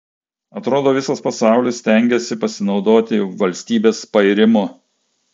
atrodo visas pasaulis stengiasi pasinaudoti valstybės pairimu